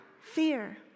fear